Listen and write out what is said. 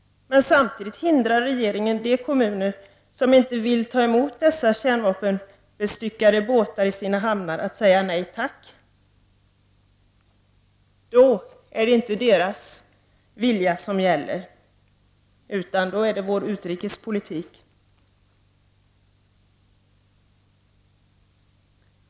Men samtidigt hindrar regeringen de kommuner som inte vill ta emot dessa kärnvapenbestyckade båtar i sina hamnar från att säga nej tack. Då är det inte deras vilja som gäller, utan då är det vår utrikespolitik.